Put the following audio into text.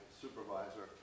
supervisor